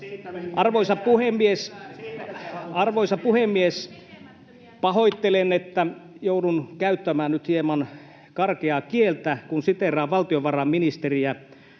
Arvoisa puhemies! Pahoittelen, että joudun käyttämään nyt hieman karkeaa kieltä, kun siteeraan valtiovarainministeriä.